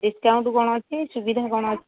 discount କ'ଣ ଅଛି ସୁବିଧା କ'ଣ ଅଛି